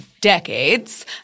decades